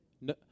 No